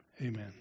Amen